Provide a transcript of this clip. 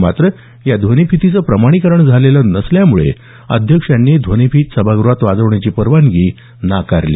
मात्र या ध्वनिफीतीचं प्रमाणीकरण झालेलं नसल्यामुळे अध्यक्षांनी ध्वनिफीत सभागृहात वाजवण्याची परवानगी नाकारली